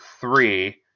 three